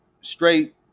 straight